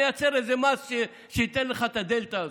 נייצר איזה מס שייתן לך את הדלתא הזו.